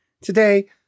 Today